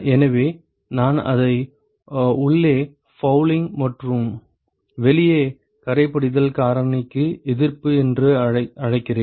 எனவே நான் அதை உள்ளே ஃபவுலிங் மற்றும் வெளியே கறைபடிதல் காரணிக்கு எதிர்ப்பு என்று அழைக்கிறேன்